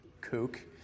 kook